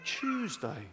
Tuesday